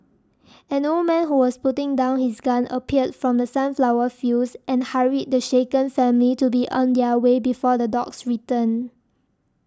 an old man who was putting down his gun appeared from the sunflower fields and hurried the shaken family to be on their way before the dogs return